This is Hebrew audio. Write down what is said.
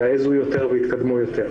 יעזו יותר ויתקדמו יותר.